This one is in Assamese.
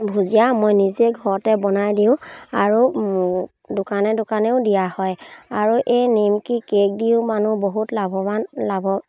ভুজিয়া মই নিজে ঘৰতে বনাই দিওঁ আৰু দোকানে দোকানেও দিয়া হয় আৰু এই নিমকি কেক দিও মানুহ বহুত লাভৱান লাভ